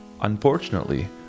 Unfortunately